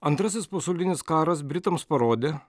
antrasis pasaulinis karas britams parodė